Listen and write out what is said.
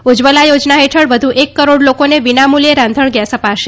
ઉજ્જવલા યોજના હેઠળ વધુ એક કરોડ લોકોને વિનામૂલ્યે રાંધણગેસ અ ાશે